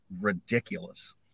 ridiculous